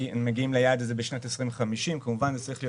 מגיעים ליעד הזה בשנת 2050. כמובן זה צריך להיות